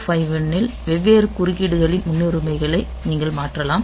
8051 இல் வெவ்வேறு குறுக்கீடுகளின் முன்னுரிமைகளை நீங்கள் மாற்றலாம்